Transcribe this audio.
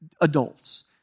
adults